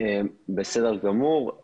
בסדר גמור.